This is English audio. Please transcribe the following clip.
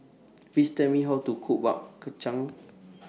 Please Tell Me How to Cook Bak Chang